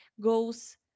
goes